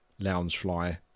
Loungefly